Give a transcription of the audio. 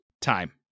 time